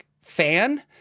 fan